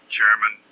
Chairman